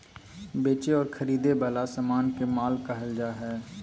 बेचे और खरीदे वला समान के माल कहल जा हइ